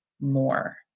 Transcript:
more